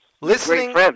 Listening